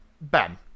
Ben